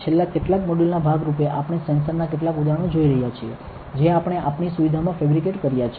છેલ્લા કેટલાક મોડ્યુલના ભાગ રૂપે આપણે સેન્સર નાં કેટલાક ઉદાહરણો જોઈ રહ્યા છીએ જે આપણે આપણી સુવિધામા ફેબ્રીકેટ કર્યા છે